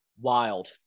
Wild